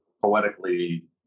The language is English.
poetically